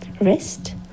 wrist